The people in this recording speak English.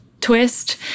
twist